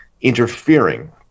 interfering